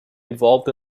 involved